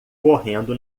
correndo